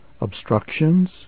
obstructions